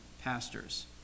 pastors